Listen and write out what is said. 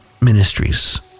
Ministries